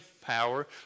power